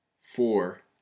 four